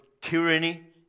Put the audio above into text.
tyranny